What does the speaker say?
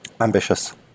Ambitious